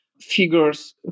figures